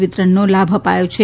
વિતરણનો લાભ અપાયો છે